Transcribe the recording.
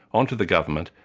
onto the government,